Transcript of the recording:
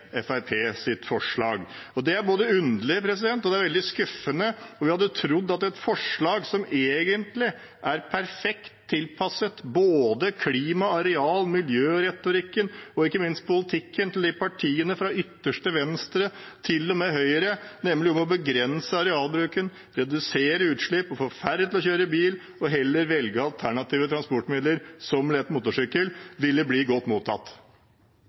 forslag. Det er både underlig og veldig skuffende. Vi hadde trodd at et forslag som egentlig er perfekt tilpasset både klima-, areal- og miljøretorikken og ikke minst politikken til partiene fra ytterste venstre til og med Høyre om å begrense arealbruken, redusere utslipp og få færre til å kjøre bil og heller velge alternative transportmidler som lett motorsykkel ville bli godt mottatt.